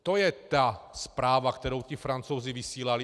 To je ta zpráva, kterou ti Francouzi vysílali.